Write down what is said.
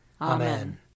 Amen